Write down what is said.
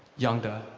youngda.